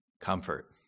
comfort